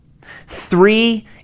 Three